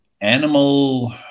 animal